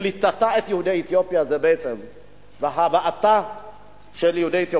בקליטתה את יהודי אתיופיה והבאתם לארץ,